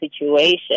situation